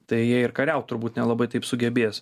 tai jie ir kariaut turbūt nelabai taip sugebės